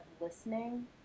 listening